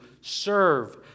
serve